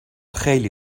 خیلی